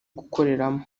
gukoreramo